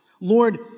Lord